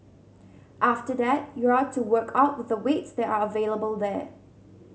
after that you're to work out with the weights that are available there